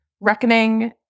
reckoning